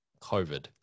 COVID